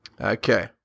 Okay